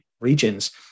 regions